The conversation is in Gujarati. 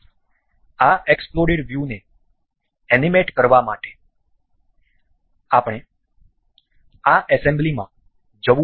આ એક્સપ્લોડેડ વ્યૂને એનિમેટ કરવા માટે આપણે આ એસેમ્બલીમાં જવું પડશે